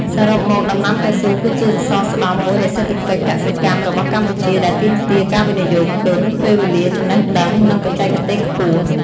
សរុបមក ដំណាំកៅស៊ូគឺជាសសរស្ដម្ភមួយនៃសេដ្ឋកិច្ចកសិកម្មរបស់កម្ពុជា ដែលទាមទារការវិនិយោគទុន ពេលវេលា ចំណេះដឹង និងបច្ចេកទេសខ្ពស់។